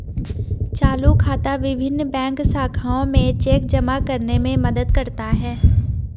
चालू खाता विभिन्न बैंक शाखाओं में चेक जमा करने में मदद करता है